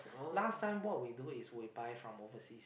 last time what we do is we buy from overseas